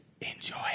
enjoy